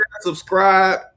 subscribe